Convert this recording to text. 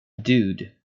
dude